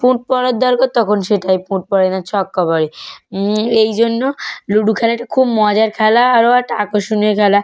পুঁট পড়ার দরকার তখন সেটায় পুঁট পড়ে না ছক্কা পড়ে এই জন্য লুডো খেলাটা খুব মজার খেলা আরও একটা আকর্ষণীয় খেলা